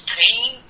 pain